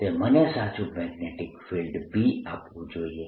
તે મને સાચુ મેગ્નેટીક ફિલ્ડ B આપવું જોઈએ